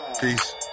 peace